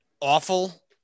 awful